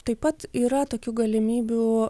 taip pat yra tokių galimybių